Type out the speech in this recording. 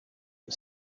but